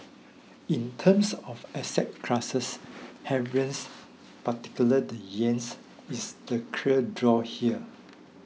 in terms of asset classes havens particularly the yen is the clear draw here